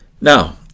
Now